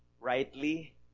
rightly